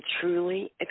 truly